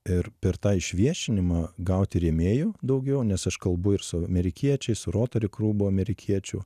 ir per tą išviešinimą gauti rėmėjų daugiau nes aš kalbu ir su amerikiečiais rotary klubo amerikiečių